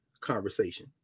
conversation